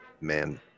man